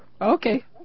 Okay